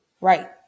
Right